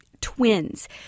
twins